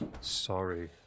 sorry